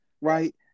right